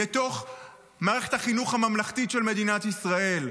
לתוך מערכת החינוך הממלכתית של מדינת ישראל.